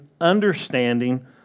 understanding